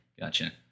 Gotcha